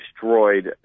destroyed